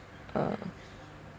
uh